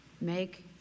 make